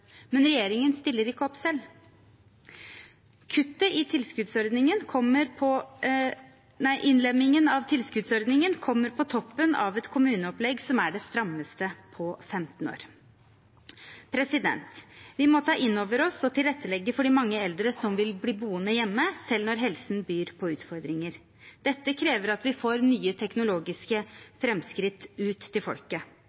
men regjeringen stiller ikke opp selv. Innlemmingen av tilskuddsordningen kommer på toppen av et kommuneopplegg som er det strammeste på 15 år. Vi må ta inn over oss og tilrettelegge for de mange eldre som vil bli boende hjemme, selv når helsen byr på utfordringer. Dette krever at vi får nye